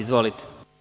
Izvolite.